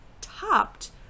topped